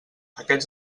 aquests